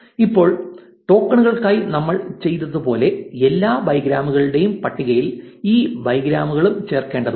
ഇപ്പോൾ ടോക്കണുകൾക്കായി നമ്മൾ ചെയ്തതുപോലെ എല്ലാ ബൈഗ്രാമുകളുടെയും പട്ടികയിൽ ഈ ബൈഗ്രാമുകളും ചേർക്കേണ്ടതുണ്ട്